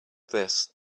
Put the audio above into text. this